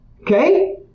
Okay